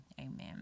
amen